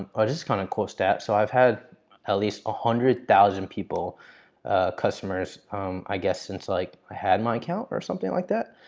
um oh this is kind of a cool stat. so i've had at least one hundred thousand people customers i guess since like i had my account or something like that.